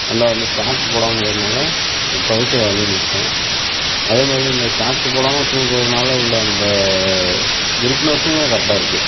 ரெண்டாவது இந்த சாக்ஸு போடாமல் இருக்கிறதுனால துவைக்கற வேலையும் மிச்சம் அதே மாதிரி இந்த சாக்ஸு போடாமல் ஷூ போடுறதுனல உள்ள அந்த க்ரிப்னஸூம் கரெக்டாக இருக்குது